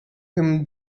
him